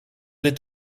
dit